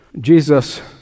Jesus